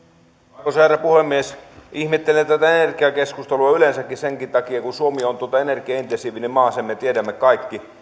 arvoisa herra puhemies ihmettelen tätä energiakeskustelua yleensäkin senkin takia kun suomi on energiaintensiivinen maa sen me tiedämme kaikki